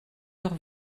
leur